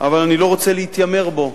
אבל אני לא רוצה להתיימר בו,